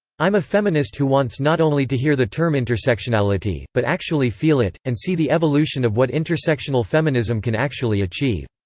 i'm a feminist who wants not only to hear the term intersectionality, but actually feel it, and see the evolution of what intersectional feminism can actually achieve.